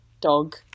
dog